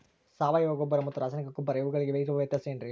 ಸಾವಯವ ಗೊಬ್ಬರ ಮತ್ತು ರಾಸಾಯನಿಕ ಗೊಬ್ಬರ ಇವುಗಳಿಗೆ ಇರುವ ವ್ಯತ್ಯಾಸ ಏನ್ರಿ?